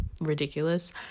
ridiculous